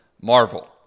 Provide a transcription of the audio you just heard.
Marvel